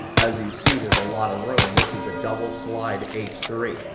as you see, there's a lot of room and this is a double slide h three.